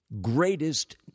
greatest